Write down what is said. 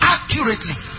Accurately